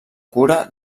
cura